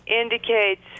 indicates